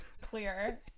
clear